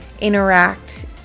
interact